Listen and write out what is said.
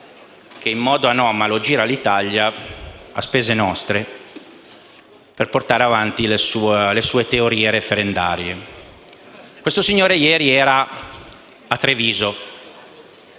che, in modo anomalo, gira l’Italia a spese nostre per portare avanti le sue teorie referendarie. Questo signore ieri era a Treviso